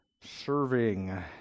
serving